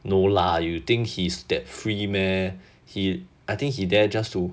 no lah you think he is that free meh he I think he there just to